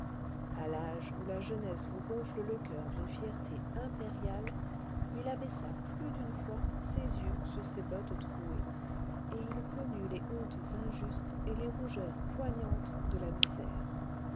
à l'âge où la jeunesse vous gonfle le coeur d'une fierté impériale il abaissa plus d'une fois ses yeux sur ses bottes trouées et il connut les hontes injustes et les rougeurs poignantes de la misère